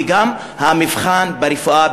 וגם המבחן ברפואה,